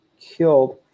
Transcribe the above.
killed